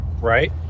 Right